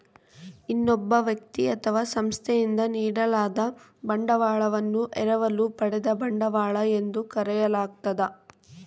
ಇನ್ನೊಬ್ಬ ವ್ಯಕ್ತಿ ಅಥವಾ ಸಂಸ್ಥೆಯಿಂದ ನೀಡಲಾದ ಬಂಡವಾಳವನ್ನು ಎರವಲು ಪಡೆದ ಬಂಡವಾಳ ಎಂದು ಕರೆಯಲಾಗ್ತದ